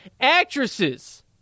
actresses